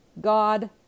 God